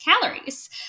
calories